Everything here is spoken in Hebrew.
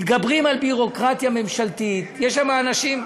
מתגברים על ביורוקרטיה ממשלתית, יש שם אנשים,